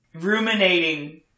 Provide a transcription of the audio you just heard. ruminating